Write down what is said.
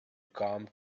come